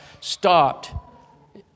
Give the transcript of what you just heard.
stopped